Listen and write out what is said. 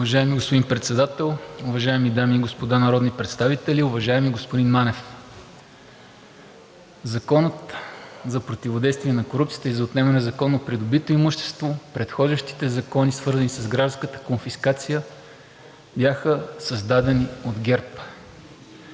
Уважаеми господин Председател, уважаеми дами и господа народни представители! Уважаеми господин Манев, Законът за противодействие на корупцията и за отнемане на незаконно придобитото имущество, предхождащите закони, свързани с гражданската конфискация, бяха създадени от ГЕРБ.